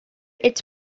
its